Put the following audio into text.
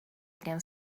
again